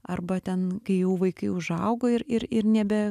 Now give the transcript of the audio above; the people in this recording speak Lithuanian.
arba ten kai jau vaikai užaugo ir ir ir nebe